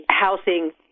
housing